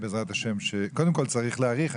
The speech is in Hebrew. קודם כל צריך להאריך,